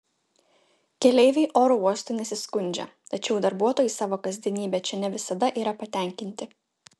keleiviai oro uostu nesiskundžia tačiau darbuotojai savo kasdienybe čia ne visada yra patenkinti